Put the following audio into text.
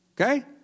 Okay